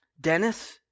Dennis